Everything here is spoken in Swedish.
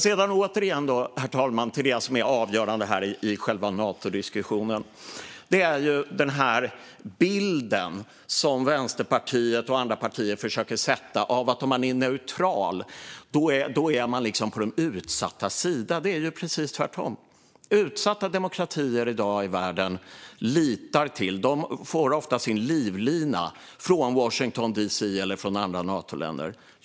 Sedan återigen, herr talman, till det som är avgörande i själva Natodiskussionen, nämligen den bild som Vänsterpartiet och andra partier försöker förmedla av att den som är neutral är på de utsattas sida. Det är ju precis tvärtom. Utsatta demokratier i världen i dag litar till och får ofta sin livlina från Washington D.C. eller från andra Natoländer.